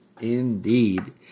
indeed